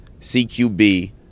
CQB